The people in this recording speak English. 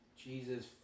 Jesus